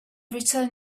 returned